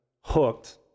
hooked